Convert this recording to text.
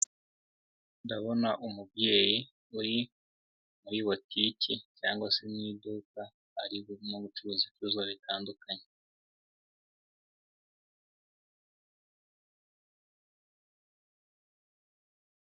Ndabona umubyeyi, uri muri watiki cyangwa se mu iduka, ari mu gucuruza ibicuruzwa bitandukanye.